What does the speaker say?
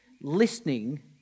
listening